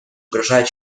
угрожают